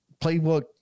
playbook